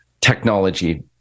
technology